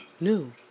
new